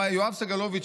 יואב סגלוביץ',